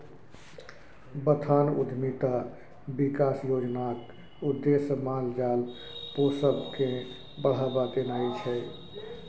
बथान उद्यमिता बिकास योजनाक उद्देश्य माल जाल पोसब केँ बढ़ाबा देनाइ छै